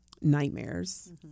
nightmares